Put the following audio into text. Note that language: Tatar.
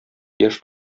яшь